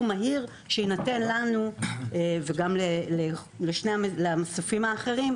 מהיר שיינתן לנו וגם למסופים האחרים